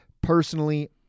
personally